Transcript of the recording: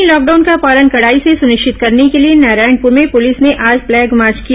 वहीं लॉकडाउन का पालन कड़ाई से सुनिश्चित करने के लिए नारायणपुर में पुलिस ने आज फ्लैग मार्च किया